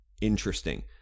interesting